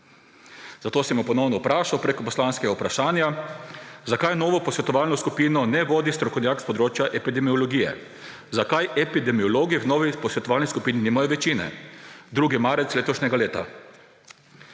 zato sem jo ponovno vprašal preko poslanskega vprašanja: Zakaj novo posvetovalno skupino ne vodi strokovnjak s področja epidemiologije? Zakaj epidemiologi v novi posvetovalni skupini nimajo večine? 2. marec letošnjega leta.